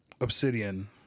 Obsidian